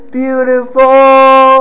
beautiful